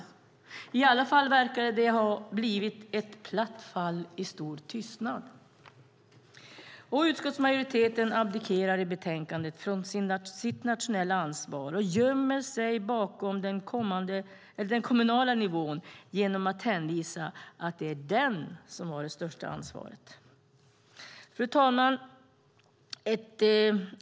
Det verkar i alla fall ha blivit ett platt fall i stor tystnad. Utskottsmajoriteten abdikerar i betänkandet från sitt nationella ansvar och gömmer sig bakom den kommunala nivån genom att hänvisa till att det är kommunen som har det största ansvaret.